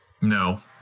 No